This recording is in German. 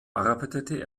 arbeitete